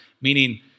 meaning